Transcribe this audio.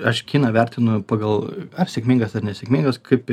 aš kiną vertinu pagal ar sėkmingas ar nesėkmingas kaip